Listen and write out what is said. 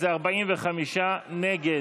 לכן זה 45 נגד.